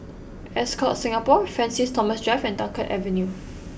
Ascott Singapore Francis Thomas Drive and Dunkirk Avenue